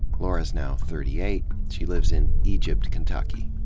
lora's now thirty eight. she lives in egypt, kentucky.